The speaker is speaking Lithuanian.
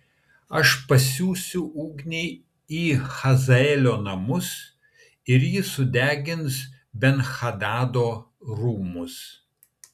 aš pasiųsiu ugnį į hazaelio namus ir ji sudegins ben hadado rūmus